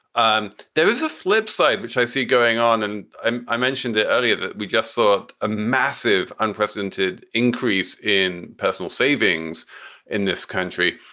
um there is a flipside which i see going on, and and i mentioned that earlier, we just saw a massive, unprecedented increase in personal savings in this country.